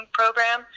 program